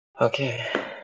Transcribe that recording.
Okay